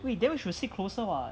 we then we should sit closer [what]